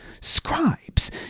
Scribes